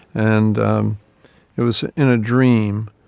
and um it was in a dream,